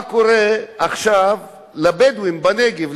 מה קורה עכשיו לבדואים בנגב,